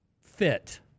fit